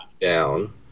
down